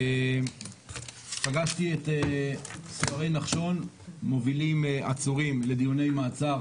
פגשתי את סיירי נחשון מובילים עצורים לדיוני מעצר